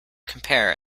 compare